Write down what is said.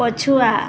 ପଛୁଆ